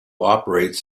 operates